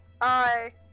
Bye